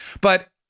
But-